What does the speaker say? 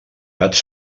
gats